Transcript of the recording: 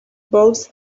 both